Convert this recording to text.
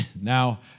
Now